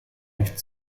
nicht